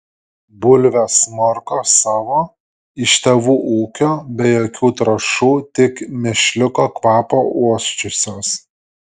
bulvės morkos savo iš tėvų ūkio be jokių trąšų tik mėšliuko kvapo uosčiusios